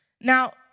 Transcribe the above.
Now